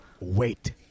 Wait